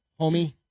homie